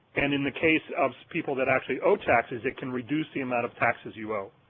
and in the case of people that actually owe taxes it can reduce the amount of taxes you owe.